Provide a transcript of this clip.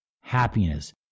happiness